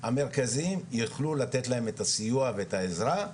המרכזים יוכלו לתת להם את הסיוע ואת העזרה.